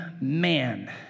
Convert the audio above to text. man